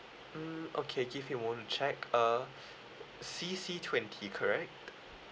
mm okay give me a moment to check uh C C twenty correct